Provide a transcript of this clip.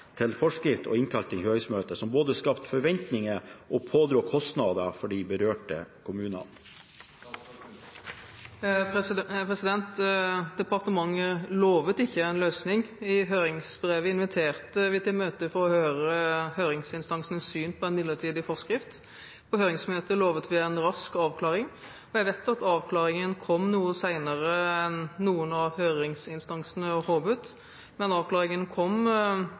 til forskrift og innkalt til høringsmøte, som både skapte forventninger og pådro de berørte kommunene kostnader? Departementet lovte ikke en løsning. I høringsbrevet inviterte vi til møte for å få høringsinstansenes syn på en midlertidig forskrift. På høringsmøtet lovte vi en rask avklaring. Jeg vet at avklaringen kom noe senere enn noen av høringsinstansene håpet, men avklaringen kom